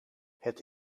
het